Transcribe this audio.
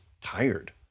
tired